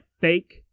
fake